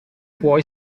puoi